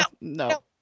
no